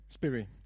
Spiri